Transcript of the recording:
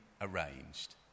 arranged